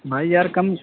بھائی یار کم